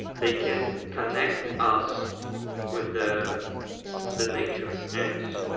they can connect us with the the nature and